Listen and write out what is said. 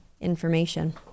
information